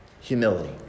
humility